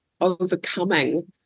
Overcoming